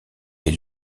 est